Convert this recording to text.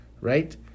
right